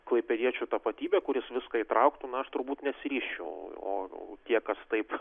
klaipėdiečių tapatybę kuris viską įtrauktų na aš turbūt nesiryžčiau o tie kas taip